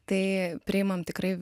tai priimam tikrai